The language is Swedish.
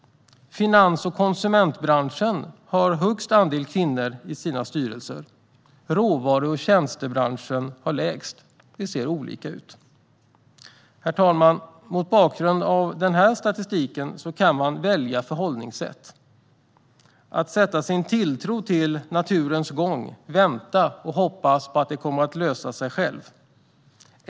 Finans och konsumentbranschen har högst andel kvinnor i sina styrelser. Råvaru och tjänstebranschen har lägst andel. Det ser alltså olika ut. Herr talman! Mot bakgrund av denna statistik kan man välja förhållningssätt. Man kan antingen sätta sin tilltro till naturens gång, vänta och hoppas att det kommer att lösa sig av sig självt.